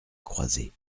croisée